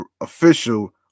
official